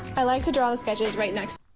i like to draw the sketches right next.